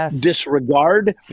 disregard